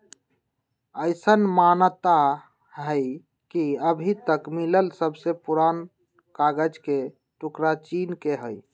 अईसन मानता हई कि अभी तक मिलल सबसे पुरान कागज के टुकरा चीन के हई